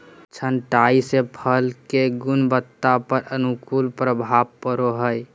छंटाई से फल के गुणवत्ता पर अनुकूल प्रभाव पड़ो हइ